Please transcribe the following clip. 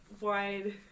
wide